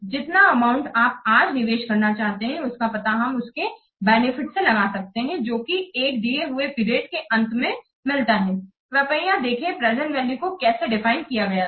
जितना अमाउंट आप आज निवेश करना चाहते हैं उसका पता हम उसके बेनिफिट से लगाते हैं जो कि एक दिए हुए पीरियडके अंत में मिलता है कृपया देखें प्रेजेंट वैल्यू को कैसे डिफाइन किया गया था